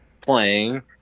playing